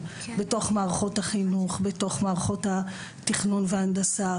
קודם כל ברוך הבא למנכ"ל הכנסת גיל סגל,